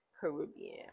Caribbean